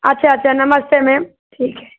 अच्छा अच्छा नमस्ते मैम ठीक है